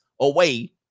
away